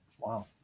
Wow